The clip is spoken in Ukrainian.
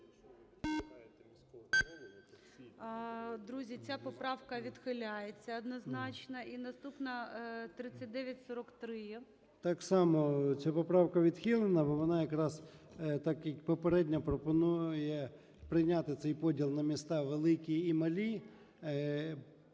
Друзі, ця поправка відхиляється однозначно. І наступна - 3943. 13:07:00 ЧЕРНЕНКО О.М. Так само ця поправка відхилена, бо вона якраз, так як і попередня, пропонує прийняти цей поділ на міста великі і малі